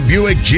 Buick